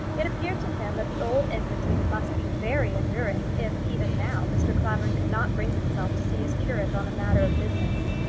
it appeared to him that the old enmity must be very enduring, if, even now, mr. clavering could not bring himself to see his curate on a matter of business.